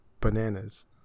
bananas